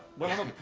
well.